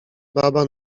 baba